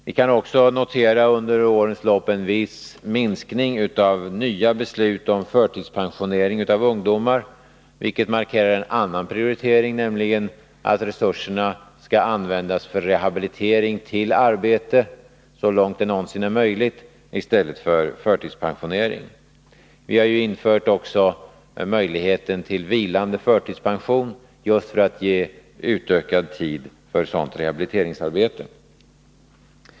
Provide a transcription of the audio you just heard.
Vi kan också notera en viss minskning under årens lopp av nya beslut om förtidspensionering av ungdomar, vilket markerar en annan prioritering, nämligen att resurserna skall användas för rehabilitering till arbete så långt det någonsin är möjligt, i stället för till förtidspensionering. Vi har ju också infört möjligheten till vilande förtidspension, just för att ge utökad tid för sådant rehabiliteringsarbete.